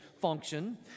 function